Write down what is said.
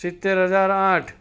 સિત્તેર હજાર આઠ